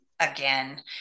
again